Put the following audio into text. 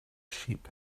sheep